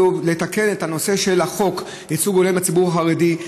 לתקן את הנושא של חוק ייצוג הולם לציבור החרדי,